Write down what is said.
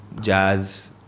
jazz